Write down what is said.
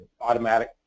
automatic